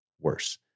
worse